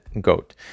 goat